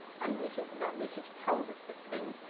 and research, that research tells us that things,